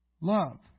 Love